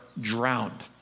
drowned